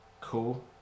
Cool